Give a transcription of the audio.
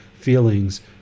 feelings